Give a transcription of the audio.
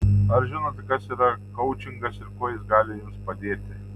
ar žinote kas yra koučingas ir kuo jis gali jums padėti